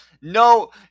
No